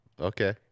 Okay